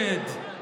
נגד,